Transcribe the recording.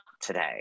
today